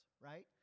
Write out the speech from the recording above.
right